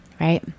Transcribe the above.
right